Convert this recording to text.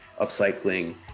upcycling